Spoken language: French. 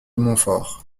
montfort